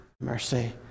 mercy